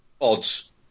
odds